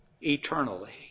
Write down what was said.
eternally